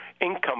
income